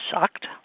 sucked